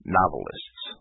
novelists